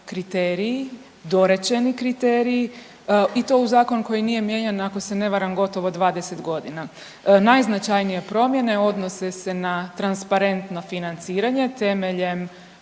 kriteriji, dorečeni kriteriji i to u zakon koji nije mijenjan, ako se ne varam, gotovo 20.g.. Najznačajnije promjene odnose se na transparentno financiranje temeljem